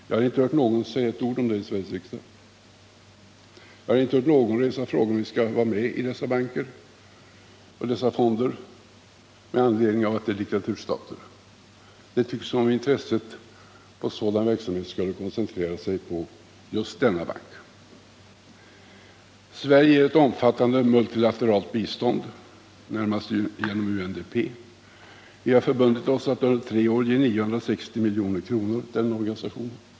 Jag har inte hört någon säga ett ord om det i Sveriges riksdag. Jag har inte hört någon resa frågan, om vi skall vara med i dessa fonder med anledning av att pengarna går till diktaturstater. Det tycks som om intresset för sådana verksamheter skulle koncentrera sig på just IDB. Sverige ger ett omfattande multilateralt bistånd, närmast genom UNDP. Vi har förbundit oss att under tre år ge 960 milj.kr. till den organisationen.